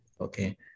Okay